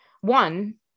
one